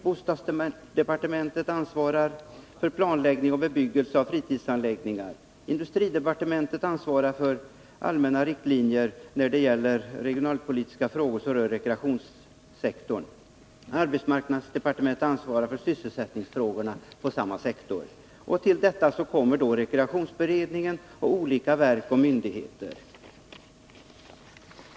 Bostadsdepartementet är ansvarigt för planläggning och bebyggelse av fritidsanläggningar. Industridepartementet ansvarar för allmänna riktlinjer när det gäller de regionalpolitiska frågor som rör rekreationssektorn. Arbetsmarknadsdepartementet ansvarar för sysselsättningsfrågorna på samma sektor. Till detta kommer rekreationsberedningen och olika verk och myndigheter.